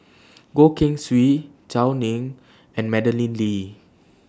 Goh Keng Swee Gao Ning and Madeleine Lee